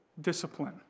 discipline